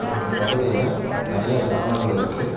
எங்கள் பகுதியில் நிறையா கிராமங்கள் இருக்குது